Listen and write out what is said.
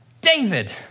David